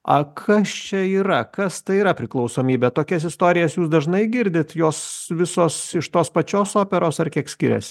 ak kas čia yra kas tai yra priklausomybė tokias istorijas jūs dažnai girdit jos visos iš tos pačios operos ar kiek skiriasi